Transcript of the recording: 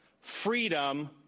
Freedom